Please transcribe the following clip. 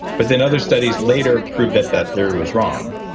but then other studies later proved that that theory was wrong.